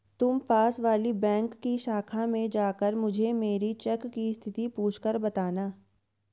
तुम पास वाली बैंक की शाखा में जाकर मुझे मेरी चेक की स्थिति पूछकर बताना